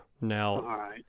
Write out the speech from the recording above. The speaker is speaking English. Now